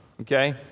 okay